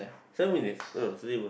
seven minutes uh